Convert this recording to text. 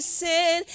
sin